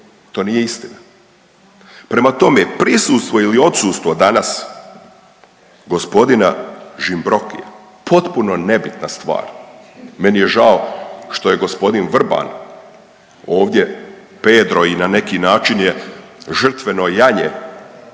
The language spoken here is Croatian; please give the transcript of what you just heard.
To nije istina. Prema tome, prisustvo ili odsustvo danas gospodina Žimbrokija potpuno nebitna stvar. Meni je žao što je gospodin Vrban ovdje pedro i na neki način je žrtveno janje